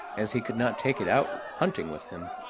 as he could not take it out hunting with him.